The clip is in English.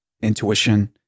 intuition